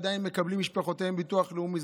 עדיין מקבלות משפחותיהם ביטוח לאומי.